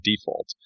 default